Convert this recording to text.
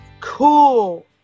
cool